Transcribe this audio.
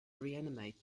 reanimate